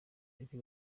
ijwi